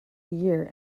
year